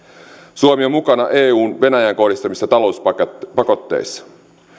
suomi on mukana eun venäjään kohdistamissa talouspakotteissa